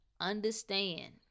understand